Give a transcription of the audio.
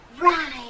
Right